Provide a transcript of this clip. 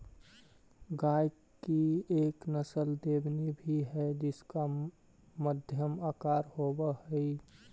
गाय की एक नस्ल देवनी भी है जिसका मध्यम आकार होवअ हई